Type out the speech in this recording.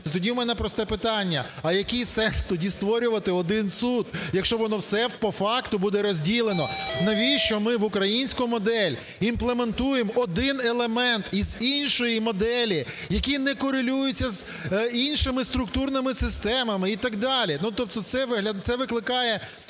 тоді у мене просте питання: а який сенс тоді створювати один суд, якщо воно все по факту буде розділено? Навіщо ми в українську модель імплементуємо один елемент із іншої моделі, який не корелюється з іншими структурними системами і так далі?